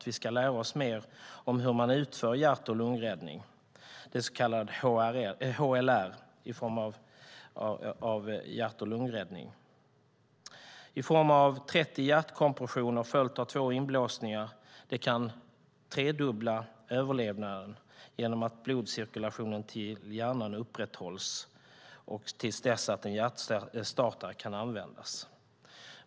Vi ska lära oss mer om hur man utför hjärt och lungräddning, så kallad HLR, som i form av 30 hjärtkompressioner följt av 2 inblåsningar kan tredubbla överlevnaden genom att blodcirkulationen till hjärnan upprätthålls till dess att en hjärtstartare kan användas.